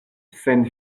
sen